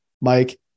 Mike